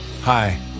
Hi